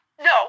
No